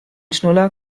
schnuller